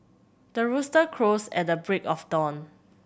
the rooster crows at the break of dawn